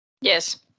Yes